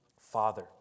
father